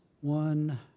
one